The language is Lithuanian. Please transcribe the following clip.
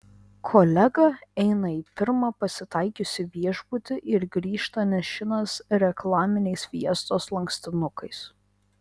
kolega eina į pirmą pasitaikiusį viešbutį ir grįžta nešinas reklaminiais fiestos lankstinukais